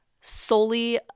solely